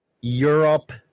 europe